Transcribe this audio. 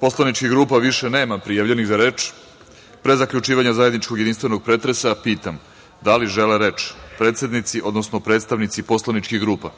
poslaničkih grupa više nema prijavljenih za reč, pre zaključivanja zajedničkog jedinstvenog pretresa pitam da li žele reč predsednici, odnosno predstavnici poslaničkih grupa